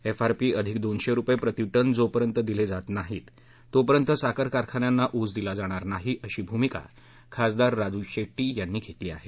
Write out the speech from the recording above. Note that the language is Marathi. एफ आर पी अधिक दोनशे रुपये प्रति टन जो पर्यंत दिले जात नाहीत तोपर्यंत साखर कारखान्यांना ऊस दिला जाणार नाही अशी भूमिका खासदार राजू शेट्टी यांनी घेतली आहे